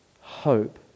hope